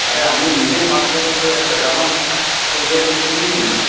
আরে আমি নিজে পাঁচ বছর ধরে একটা জামা পর্যন্ত কিনিনি